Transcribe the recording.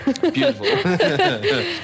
Beautiful